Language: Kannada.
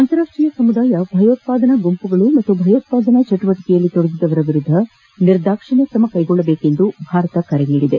ಅಂತಾರಾಷ್ಟೀಯ ಸಮುದಾಯ ಭಯೋತ್ಪಾದನಾ ಗುಂಪುಗಳು ಮತ್ತು ಭಯೋತ್ಪಾದನಾ ಚಟುವಟಿಕೆಗಳಲ್ಲಿ ತೊಡಗಿದವರ ವಿರುದ್ಧ ನಿರ್ದಾಕ್ಷಿಣ್ಯ ತ್ರಮ ಕೈಗೊಳ್ಳುಬೇಕೆಂದು ಭಾರತ ಕರೆ ನೀಡಿದೆ